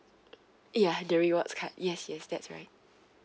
ya the rewards card yes yes that's right